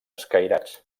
escairats